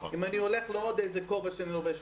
אם אני הולך לעוד איזה כובע שאני לובש,